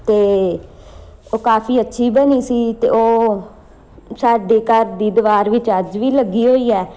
ਅਤੇ ਉਹ ਕਾਫ਼ੀ ਅੱਛੀ ਬਣੀ ਸੀ ਅਤੇ ਉਹ ਸਾਡੇ ਘਰ ਦੀ ਦੀਵਾਰ ਵਿੱਚ ਅੱਜ ਵੀ ਲੱਗੀ ਹੋਈ ਹੈ